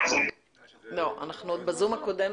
המועצה לא הצליחה להעביר את התקציב.